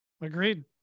agreed